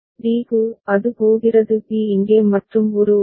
d க்கு அது போகிறது b இங்கே மற்றும் ஒரு ஓவர்